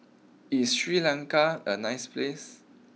is Sri Lanka a nice place